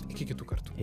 iki kitų kartų